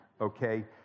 okay